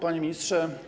Panie Ministrze!